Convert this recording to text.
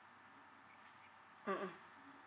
mmhmm